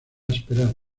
esperar